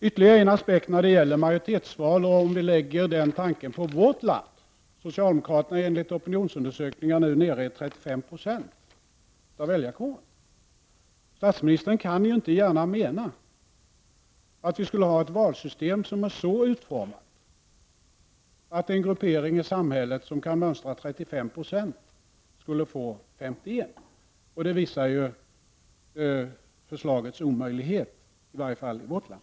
Ytterligare en aspekt av tillämpningen av majoritetsvalstanken på vårt land: Socialdemokraterna är enligt opinionsundersökningar nu nere i 35 Io av väljarkåren. Statsministern kan ju inte gärna mena att vi skulle ha ett valsystem, som är så utformat att en gruppering i samhället som kan mönstra 35 90 skulle få 51! Det visar förslagets omöjlighet, i varje fall i vårt land.